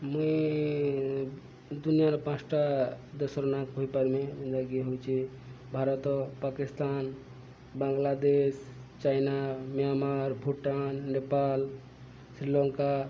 ମୁଇଁ ଦୁନିଆଁର ପାଞ୍ଚଟା ଦେଶର ନାଁ କହିପାର୍ମି ଯାକି ହଉଛି ଭାରତ ପାକିସ୍ତାନ୍ ବାଙ୍ଗଲାଦେଶ ଚାଇନା ମିଆଁମାର ଭୁଟାନ୍ ନେପାଳ୍ ଶ୍ରୀଲଙ୍କା